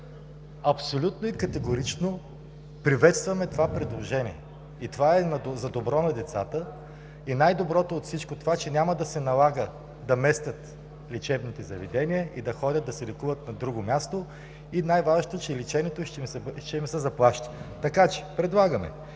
Абсолютно и категорично приветстваме предложението, и това е за добро на децата. Най-доброто от всичко това е, че няма да се налага да местят лечебните заведения и да ходят да се лекуват на друго място, и най-важното, че лечението ще им се заплаща. Предлагаме: